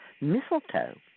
mistletoe